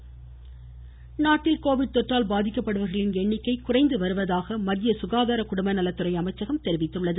Covid India நாட்டில் Covid தொற்றால் பாதிக்கப்படுபவர்களின் எண்ணிக்கை குறைந்து வருவதாக மத்திய சுகாதார குடும்பநலத்துறை அமைச்சகம் தெரிவித்துள்ளது